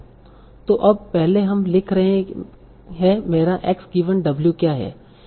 तो अब पहले हम लिख रहे हैं मेरा x गिवन w क्या है